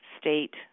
state